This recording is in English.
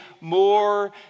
more